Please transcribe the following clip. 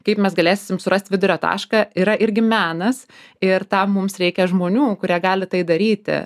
kaip mes galėsim surast vidurio tašką yra irgi menas ir tam mums reikia žmonių kurie gali tai daryti